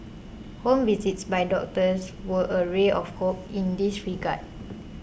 home visits by doctors were a ray of hope in this regard